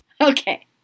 Okay